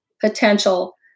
potential